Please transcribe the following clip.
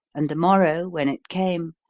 and the morrow, when it came,